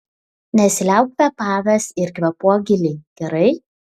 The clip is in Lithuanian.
nesiliauk kvėpavęs ir kvėpuok giliai gerai